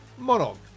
Monog